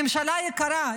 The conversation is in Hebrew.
ממשלה יקרה,